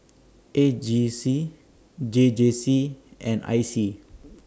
A G C J J C and I C